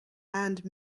and